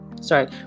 Sorry